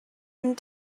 and